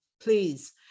please